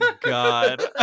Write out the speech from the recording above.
God